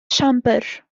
siambr